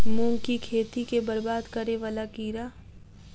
मूंग की खेती केँ बरबाद करे वला कीड़ा?